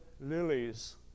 lilies